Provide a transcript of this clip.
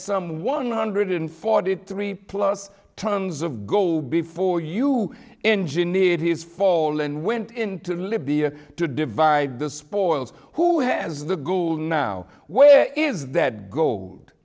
some one hundred forty three plus tons of gold before you engineer his fall and went into libya to divide the spoils who has the gold now why is that gold